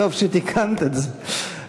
טוב שתיקנת את זה.